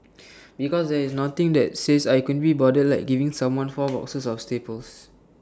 because there is nothing that says I couldn't be bothered like giving someone four boxes of staples